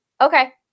Okay